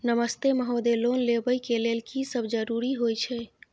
नमस्ते महोदय, लोन लेबै के लेल की सब जरुरी होय छै?